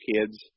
kids